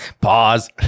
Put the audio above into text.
Pause